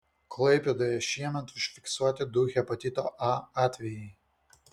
klaipėdoje šiemet užfiksuoti du hepatito a atvejai